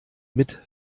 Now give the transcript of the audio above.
mit